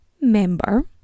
member